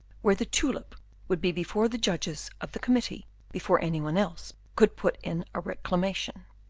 where the tulip would be before the judges of the committee before any one else could put in a reclamation.